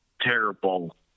terrible